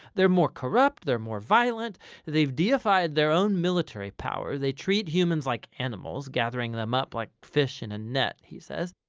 they are more corrupt, they are more violent they've deified their own military power, they treat humans like animals, gathering them up like fish in a net he says,